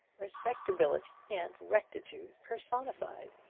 respectability and rectitude personified.